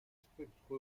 spectre